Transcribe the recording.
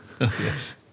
Yes